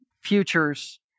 futures